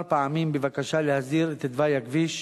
פעמים בבקשה להסדיר את תוואי הכביש,